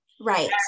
Right